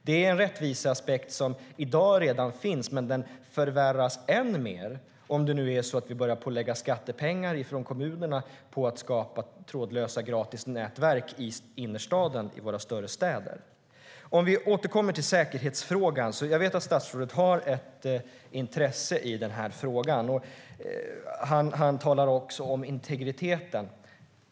Det är en rättviseaspekt som i dag redan finns, men den förvärras än mer om vi börjar lägga skattepengar från kommunerna på att skapa gratis trådlösa nätverk i innerstaden i våra större städer. Låt oss återgå till säkerhetsfrågan. Jag vet att statsrådet har ett intresse i frågan. Han talar också om integriteten.